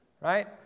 right